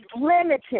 limited